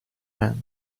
end